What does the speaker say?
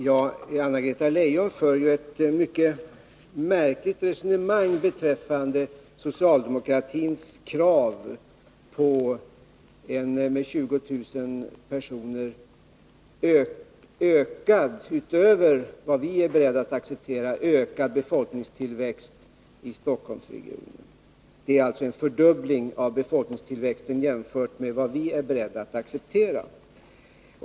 Herr talman! Anna-Greta Leijon för ett mycket märkligt resonemang beträffande socialdemokratins krav på en med 20 000 personer — utöver vad vi är beredda att acceptera — ökad befolkningstillväxt i Stockholmsregionen. Det är alltså en fördubbling av befolkningstillväxten jämfört med vad vi är beredda att godta.